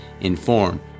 inform